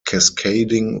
cascading